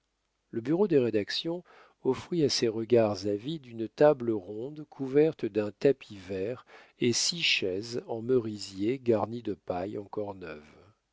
le bureau de rédaction offrit à ses regards avides une table ronde couverte d'un tapis vert et six chaises en merisier garnies de paille encore neuve